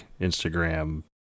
Instagram